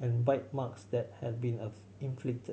and bite marks that had been inflict